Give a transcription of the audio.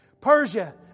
Persia